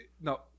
No